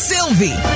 Sylvie